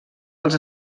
els